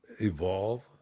evolve